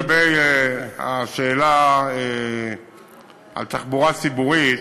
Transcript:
לגבי השאלה על התחבורה הציבורית,